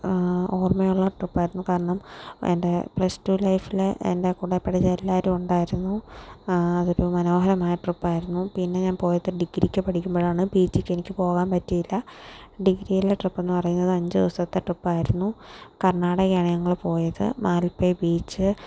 ഓർമ്മയുള്ള trip ആയിരുന്നു കാരണം എൻ്റെ പ്ലസ് ടു ലൈഫിലെ എൻ്റെ കൂടെ പഠിച്ച എല്ലാവരും ഉണ്ടായിരുന്നു അതൊരു മനോഹരമായ ട്രിപ്പ് ആയിരുന്നു പിന്നെ ഞാൻ പോയത് ഡിഗ്രിക്ക് പഠിക്കുമ്പോഴാണ് പി ജിക്ക് എനിക്ക് പോകാൻ പറ്റിയില്ല ഡിഗ്രിയിലെ ട്രിപ്പ് എന്ന് പറയുന്നത് അഞ്ച് ദിവസത്തെ ട്രിപ്പ് ആയിരുന്നു കർണാടകയാണ് ഞങ്ങൾ പോയത് മാൽപേ ബീച്ച്